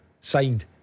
signed